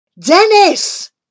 Dennis